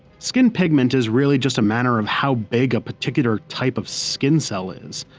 skin pigment is really just a matter of how big a particular type of skin cell is.